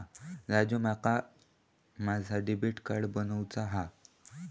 राजू, माका माझा debit card बनवूचा हा